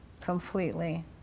completely